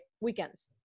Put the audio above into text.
Weekends